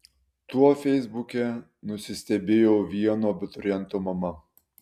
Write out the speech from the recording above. tuo feisbuke nusistebėjo vieno abituriento mama